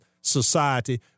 society